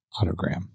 autogram